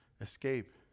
escape